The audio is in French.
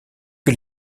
que